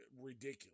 ridiculous